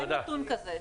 אין נתון כזה.